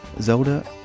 Zelda